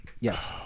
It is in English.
Yes